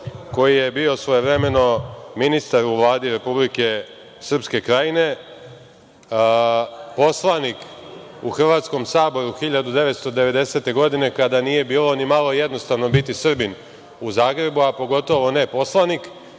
koji je bio svojevremeno ministar u Vladi Republike Srpske Krajine, poslanik u Hrvatskom saboru 1990. godine, kada nije bilo ni malo jednostavno biti Srbin u Zagrebu, a pogotovo ne poslanik. Ovo